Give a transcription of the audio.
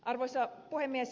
arvoisa puhemies